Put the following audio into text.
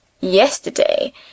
Yesterday